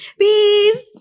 Peace